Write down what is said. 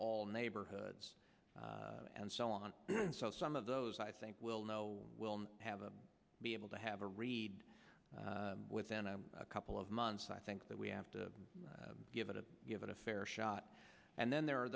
all neighborhoods and so on so some of those i think we'll know we'll have them be able to have a read within a couple of months i think that we have to give it a given a fair shot and then there are